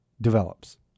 develops